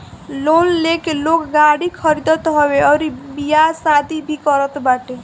loan लेके लोग गाड़ी खरीदत हवे अउरी बियाह शादी भी करत बाटे